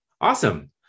Awesome